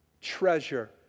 treasure